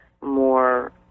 more